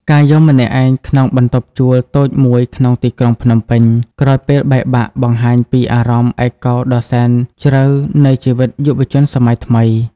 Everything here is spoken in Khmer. ការយំម្នាក់ឯងក្នុងបន្ទប់ជួលតូចមួយក្នុងទីក្រុងភ្នំពេញ ក្រោយពេលបែកបាក់ បង្ហាញពីអារម្មណ៍ឯកោដ៏សែនជ្រៅនៃជីវិតយុវវ័យសម័យថ្មី។